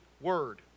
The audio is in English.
word